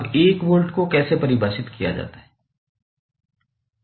अब 1 वोल्ट को कैसे परिभाषित किया जाता है